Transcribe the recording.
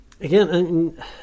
Again